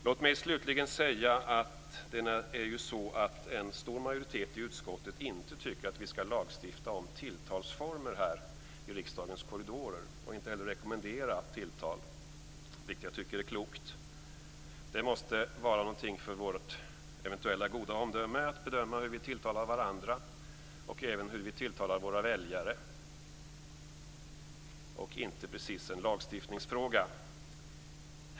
Låt mig slutligen säga att en stor majoritet i utskottet inte tycker att vi skall lagstifta om tilltalsformer i riskdagens korridorer och inte heller rekommendera tilltal, vilket jag tycker är klokt. Det måste vara någonting för vårt eventuellt goda omdöme att bedöma hur vi tilltalar varandra och även hur vi tilltalar våra väljare, och inte precis en lagstiftningsfråga.